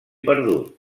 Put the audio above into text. perdut